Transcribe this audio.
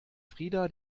frida